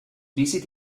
visit